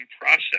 process